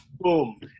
Boom